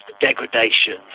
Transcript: degradation